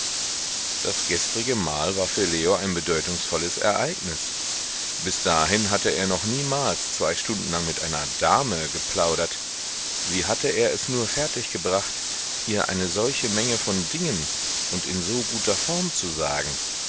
das gestrige mahl war für leo ein bedeutungsvolles ereignis bis dahin hatte er noch niemals zwei stunden lang mit einer dame geplaudert wie hatte er es nur fertiggebracht ihr eine solche menge von dingen und in so guter form zu sagen